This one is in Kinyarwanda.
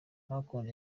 akunda